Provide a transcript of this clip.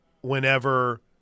whenever